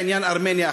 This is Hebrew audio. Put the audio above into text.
בעניין ארמניה,